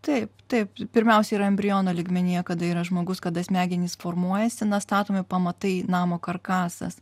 taip taip pirmiausia yra embriono lygmenyje kada yra žmogus kada smegenys formuojasi na statomi pamatai namo karkasas